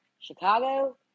Chicago